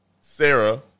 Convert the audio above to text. Sarah